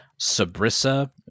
Sabrissa